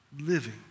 living